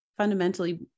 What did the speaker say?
fundamentally